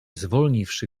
zwolniwszy